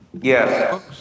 Yes